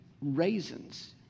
raisins